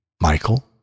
Michael